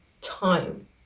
time